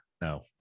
No